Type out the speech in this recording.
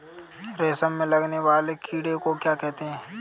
रेशम में लगने वाले कीड़े को क्या कहते हैं?